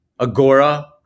Agora